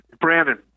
Brandon